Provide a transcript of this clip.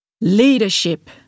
Leadership